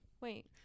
Wait